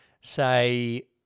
say